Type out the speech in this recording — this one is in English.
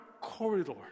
corridor